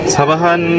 Sabahan